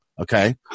Okay